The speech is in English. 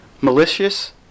Malicious